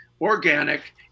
organic